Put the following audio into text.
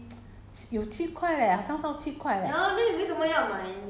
err 我不理 err 我看它是最很像是一杯是差不多 maybe